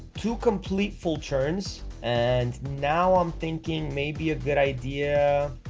two complete full turns and now i'm thinking maybe a good idea